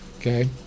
Okay